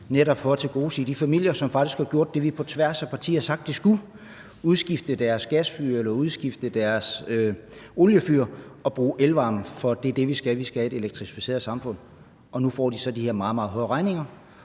netop for at tilgodese de familier, som faktisk har gjort det, som vi på tværs af partier har sagt at de skulle, nemlig udskifte deres gasfyr eller udskifte deres oliefyr og bruge elvarme. For det er det, vi skal; vi skal have et elektrificeret samfund. Og nu får de så de her meget, meget høje regninger,